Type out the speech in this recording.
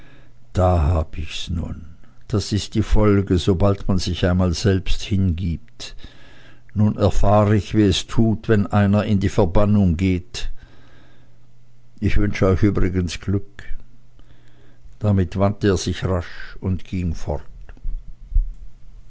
da hab ich's nun das ist die folge sobald man sich einmal selbst hingibt nun erfahr ich wie es tut wenn einer in die verbannung geht ich wünsch euch übrigens glück damit wandte er sich rasch und ging fort